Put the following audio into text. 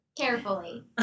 Carefully